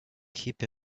keep